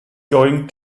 going